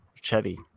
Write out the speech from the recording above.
Chevy